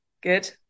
Good